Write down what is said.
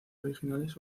originales